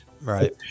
Right